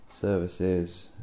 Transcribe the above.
Services